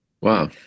Wow